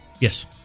Yes